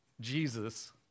Jesus